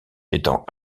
étant